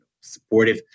supportive